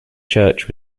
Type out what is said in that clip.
church